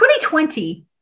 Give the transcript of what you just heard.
2020